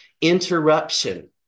interruption